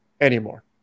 anymore